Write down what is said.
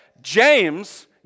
James